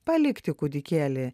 palikti kūdikėlį